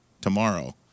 tomorrow